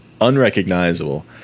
Unrecognizable